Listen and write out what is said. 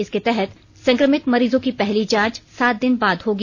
इसके तहत संक्रमित मरीजों की पहली जांच सात दिन बाद होगी